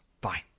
bye